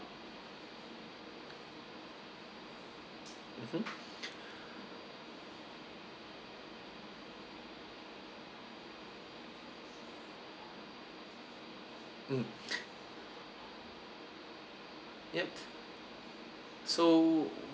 mmhmm mm yup so